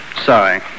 Sorry